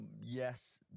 Yes